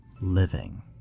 living